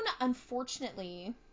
unfortunately